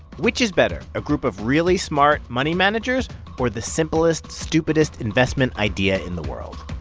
which is better a group of really smart money managers or the simplest, stupidest investment idea in the world?